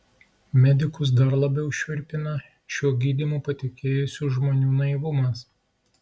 medikus dar labiau šiurpina šiuo gydymu patikėjusių žmonių naivumas